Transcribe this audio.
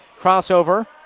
crossover